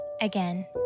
Again